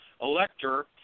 elector